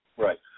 Right